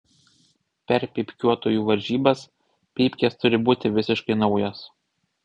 per pypkiuotojų varžybas pypkės turi būti visiškai naujos